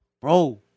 bro